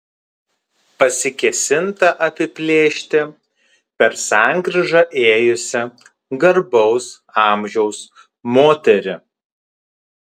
pasikėsinta apiplėšti per sankryžą ėjusią garbaus amžiaus moterį